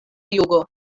jugo